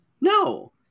no